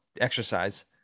exercise